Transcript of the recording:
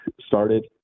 started